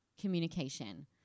communication